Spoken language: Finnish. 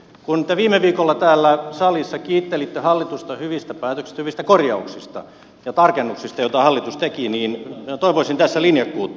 kun te viime viikolla täällä salissa kiittelitte hallitusta hyvistä korjauksista ja tarkennuksista joita hallitus teki niin minä toivoisin tässä linjakkuutta